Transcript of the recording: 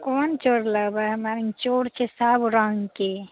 कोन चाउर लेबै हमरा लग चाउर छै सब रङ्गके